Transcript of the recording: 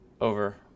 Over